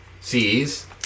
sees